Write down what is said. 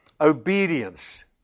obedience